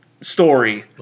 story